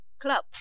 clubs